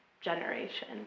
generation